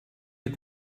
had